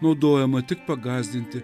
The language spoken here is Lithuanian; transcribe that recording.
naudojama tik pagąsdinti